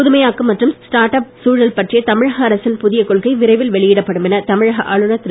புதுமையாக்கம் மற்றும் ஸ்டார்ட்அப் சூழல் பற்றிய தமிழக அரசின் புதிய கொள்கை விரைவில் வெளியிடப்படும் என தமிழக ஆளுநர் திரு